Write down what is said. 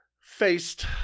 faced